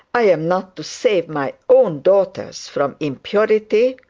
i am not to save my own daughters from impurity!